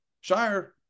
Shire –